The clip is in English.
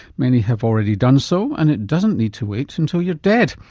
many have already done so, and it doesn't need to wait until you're dead.